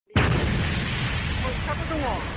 बिदिनो मोख्राबो दङ